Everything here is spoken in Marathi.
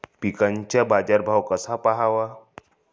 पिकांचा बाजार भाव कसा पहावा?